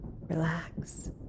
relax